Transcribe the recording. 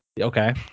Okay